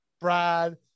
brad